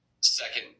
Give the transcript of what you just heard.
Second